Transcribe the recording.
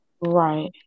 Right